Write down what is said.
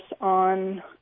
on